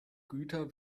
güter